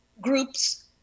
groups